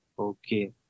Okay